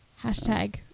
Hashtag